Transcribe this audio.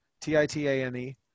T-I-T-A-N-E